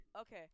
Okay